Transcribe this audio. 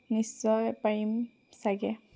নিশ্চয় পাৰিম চাগে